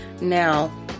now